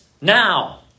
now